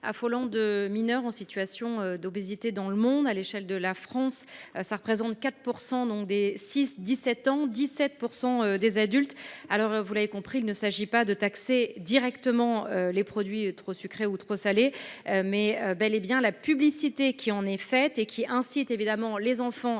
affolant des mineurs en situation d’obésité dans le monde. À l’échelle de la France, cela représente 4 % des 6 17 ans et 17 % des adultes. Vous l’avez compris, il s’agit de taxer non pas directement les produits trop sucrés ou trop salés, mais bel et bien la publicité qui en est faite, incitant les enfants